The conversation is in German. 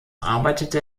arbeitete